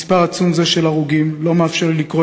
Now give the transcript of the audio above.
מספר עצום זה של הרוגים לא מאפשר לי לקרוא